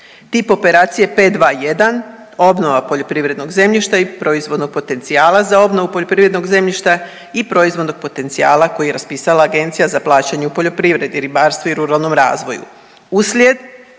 tip operacije 5.2.1 obnova poljoprivrednog zemljišta i proizvodnog potencijala za obnovu poljoprivrednog zemljišta i proizvodnog potencijala koji je raspisala Agencija za plaćanje u poljoprivredi, ribarstvu i ruralnom razvoju, uslijed